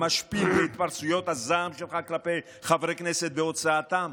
המשפיל והתפרצויות הזעם שלך כלפי חברי הכנסת והוצאתם